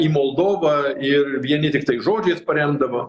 į moldovą ir vieni tiktai žodžiais paremdavo